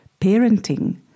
parenting